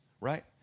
right